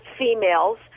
females